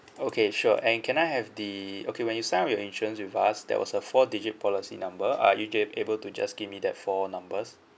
okay sure and can I have the okay when you sign up your insurance with us there was a four digit policy number are you ju~ able to just give me that four numbers